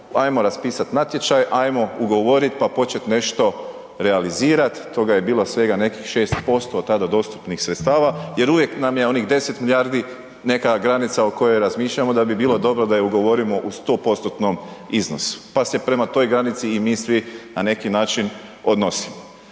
ajmo raspisati natječaj, ajmo ugovoriti pa počet nešto realizirat, to ga je bilo svega nekih 6% tada dostupnih sredstava jer uvijek nam je onih 10 milijardi neka granica o kojoj razmišljamo da bi bilo dobro da je ugovorimo u 100%-tnom iznosu pa se prema toj granici i mi svi na neki način odnosimo